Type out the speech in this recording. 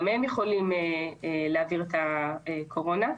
גם הם יכולים להעביר את הקורונה,